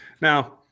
Now